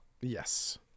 yes